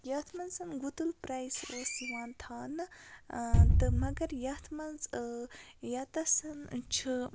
یَتھ منٛز گُتُل پرٛایِس ٲس یِوان تھاونہٕ تہٕ مگر یَتھ منٛز یَتَسَن چھِ